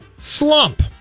Slump